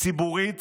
ציבורית